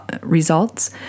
Results